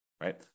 right